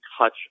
touch